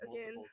again